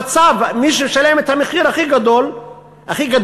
מי שמשלם את המחיר הכי גדול מבחינתו,